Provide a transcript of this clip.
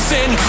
sin